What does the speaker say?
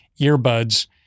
earbuds